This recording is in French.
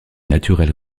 naturel